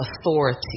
authority